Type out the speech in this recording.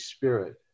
Spirit